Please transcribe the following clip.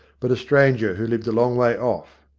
but a stranger who lived a long way off.